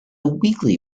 weakly